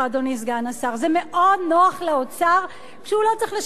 זה מאוד נוח לאוצר שהוא לא צריך לשלם פנסיה,